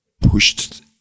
pushed